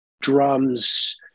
drums